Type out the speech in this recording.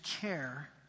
care